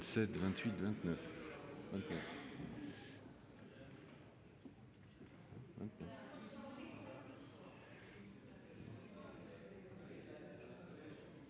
...